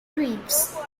reefs